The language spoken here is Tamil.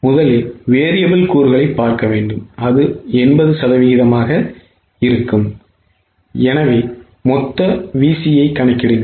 முதலில் variable கூறுகளைப் பார்க்க வேண்டும் அது 80 சதவிகிதமாக இருக்கும் எனவே மொத்த VC யை கணக்கிடுங்கள்